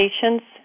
patients